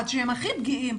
במיוחד שהם הכי פגיעים,